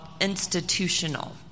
institutional